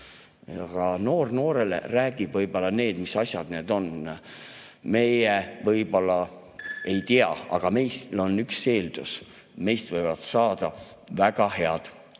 Noor noorele räägib võib-olla [nii, nagu] asjad on. Meie võib-olla ei tea, aga meil on üks eeldus: meist võivad saada väga head